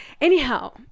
Anyhow